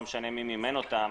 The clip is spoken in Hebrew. לא משנה מי מימן אותם,